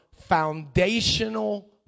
foundational